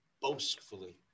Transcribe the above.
boastfully